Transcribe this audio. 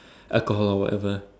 alcohol or whatever